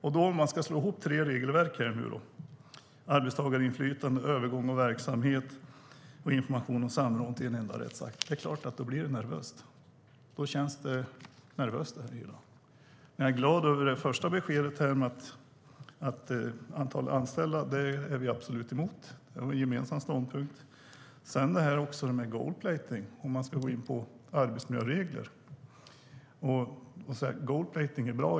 Och om man nu ska slå ihop tre regelverk, om arbetstagarinflytande, om övergång av verksamhet och om information och samråd, till en enda rättsakt är det klart att det blir nervöst. Jag är glad över det första beskedet när det gäller antalet anställda. Det är vi absolut emot. Där har vi en gemensam ståndpunkt. Sedan gäller det gold-plating, om man ska gå in på arbetsmiljöregler. Gold-plating är bra.